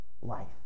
life